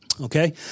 Okay